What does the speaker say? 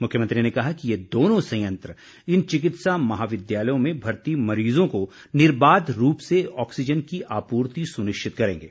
मुख्यमंत्री ने कहा कि ये दोनों संयंत्र इन चिकित्सा महाविद्यालयों में भर्ती मरीजों को निर्बाध रूप से ऑक्सीजन की आपूर्ति सुनिश्चित करेंगे